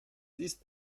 ist